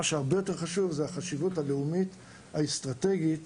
מה שהרבה יותר חשוב, זה החשיבות הלאומית האסטרטגית